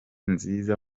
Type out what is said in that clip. nziza